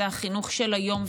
זה החינוך של היום.